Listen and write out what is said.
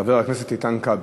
חבר הכנסת איתן כבל.